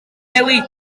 newid